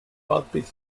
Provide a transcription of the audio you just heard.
pulpit